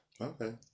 Okay